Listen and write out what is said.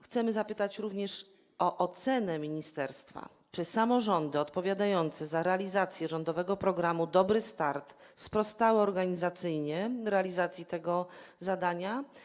Chcemy zapytać również o ocenę ministerstwa w kwestii tego, czy samorządy odpowiadające za realizację rządowego programu „Dobry start” sprostały organizacyjnie realizacji tego zadania.